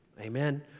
Amen